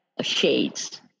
shades